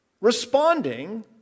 responding